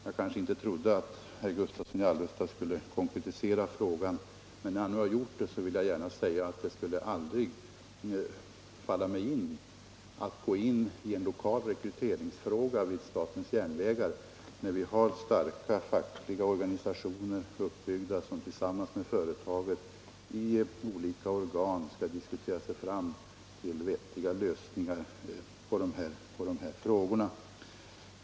Jag trodde knappast att herr Gustavsson i Alvesta skulle konkretisera frågan, men när han nu har gjort det vill jag gärna säga att det aldrig skulle falla mig in att gå in i en lokal rekryteringsfråga vid statens järnvägar, när det finns starka fackliga organisationer som tillsammans med företaget i olika organ skall diskutera sig fram till vettiga lösningar på de här problemen.